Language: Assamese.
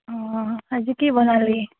আজি কি বনালি